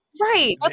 Right